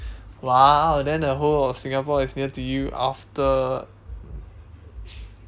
!wow! then the whole of singapore is near to you after